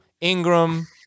Ingram